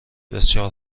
بسیار